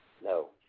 No